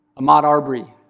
ahmaud arbery,